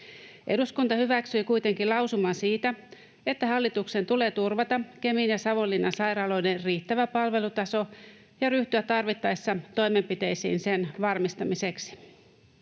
Eduskunta hyväksyi kuitenkin lausuman siitä, että hallituksen tulee turvata Kemin ja Savonlinnan sairaaloiden riittävä palvelutaso ja ryhtyä tarvittaessa toimenpiteisiin sen varmistamiseksi.